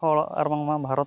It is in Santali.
ᱦᱚᱲ ᱟᱨᱵᱟᱝᱢᱟ ᱵᱷᱟᱨᱚᱛ